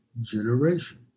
generation